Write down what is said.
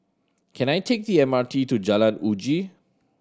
can I take the M R T to Jalan Uji